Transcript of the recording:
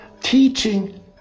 teaching